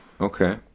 Okay